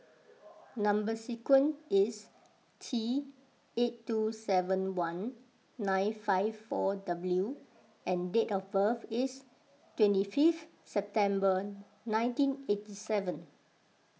Number Sequence is T eight two seven one nine five four W and date of birth is twenty fifth September nineteen eighty seven